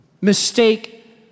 mistake